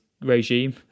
regime